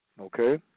Okay